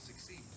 succeed